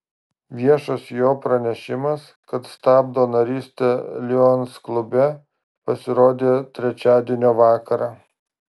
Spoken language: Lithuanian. viešas jo pranešimas kad stabdo narystę lions klube pasirodė trečiadienio vakarą